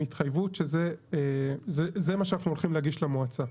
התחייבות שזה מה שאנחנו הולכים להגיש למועצה.